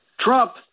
Trump